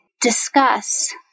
discuss